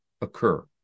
occur